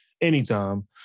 anytime